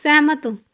ਸਹਿਮਤ